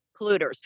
polluters